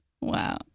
Wow